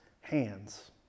hands